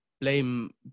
blame